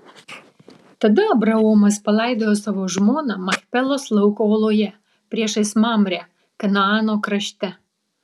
tada abraomas palaidojo savo žmoną machpelos lauko oloje priešais mamrę kanaano krašte